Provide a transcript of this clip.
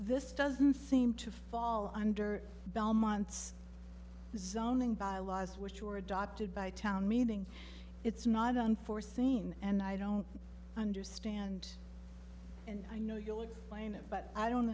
this doesn't seem to fall under belmont's zoning bylaws which were adopted by town meeting it's not unforeseen and i don't understand and i know you'll explain it but i don't